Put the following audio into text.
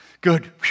Good